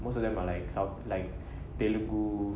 most of them are like south like telugu